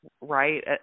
right